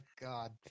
god